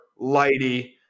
Lighty